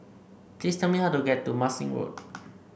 please tell me how to get to Marsiling Road